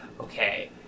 Okay